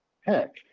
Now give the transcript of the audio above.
heck